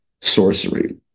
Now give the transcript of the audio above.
sorcery